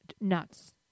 nuts